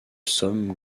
somme